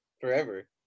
forever